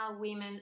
women